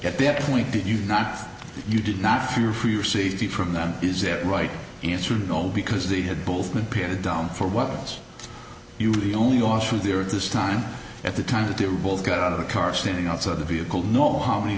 at this point did you not you did not fear for your safety from them is that right answer no because they had both been patted down for weapons you were the only option there at this time at the time that they were both got out of the car standing outside the vehicle no how many